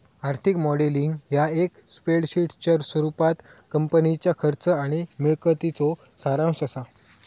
आर्थिक मॉडेलिंग ह्या एक स्प्रेडशीटच्या स्वरूपात कंपनीच्या खर्च आणि मिळकतीचो सारांश असा